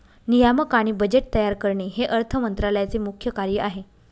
नियामक आणि बजेट तयार करणे हे अर्थ मंत्रालयाचे मुख्य कार्य आहे